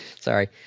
Sorry